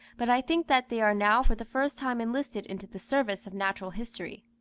but i think that they are now for the first time enlisted into the service of natural history.